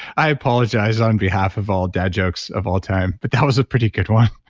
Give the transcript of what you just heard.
i apologize on behalf of all dad jokes of all time, but that was a pretty good one.